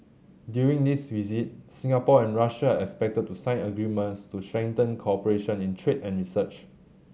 during this visit Singapore and Russia are expected to sign agreements to strengthen cooperation in trade and research